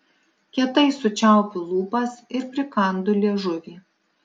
kietai sučiaupiu lūpas ir prikandu liežuvį